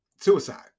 suicide